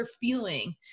feeling